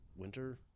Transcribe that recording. Winter